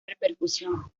repercusión